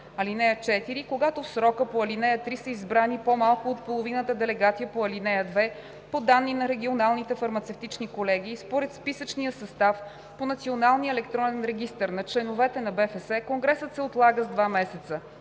5 и 6: „(4) Когато в срока по ал. 3 са избрани по-малко от половината делегати по ал. 2, по данни на регионалните фармацевтични колегии, според списъчния състав по националния електронен регистър на членовете на БФС, конгресът се отлага с два месеца.